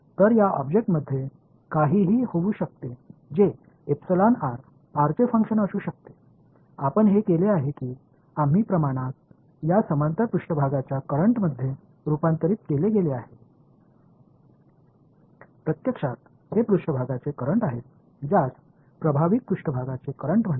तर या ऑब्जेक्टमध्ये काहीही होऊ शकते हे r चे फंक्शन असू शकते आपण हे केले आहे की काही प्रमाणात या समांतर पृष्ठभागाच्या करंटमध्ये रूपांतरित केले गेले आहे प्रत्यक्षात हे पृष्ठभागाचे करंट आहेत ज्यास प्रभावित पृष्ठभागाचे करंट म्हणतात